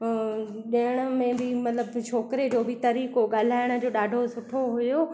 ॾियण में बि मतिलबु छोकिरे जो बि तरीक़ो ॻाल्हाइण जो ॾाढो सुठो हुओ